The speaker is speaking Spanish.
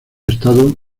estado